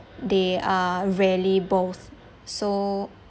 they are rarely both so